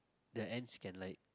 the ends can like